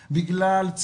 בגלל משתמשי דרך שונים,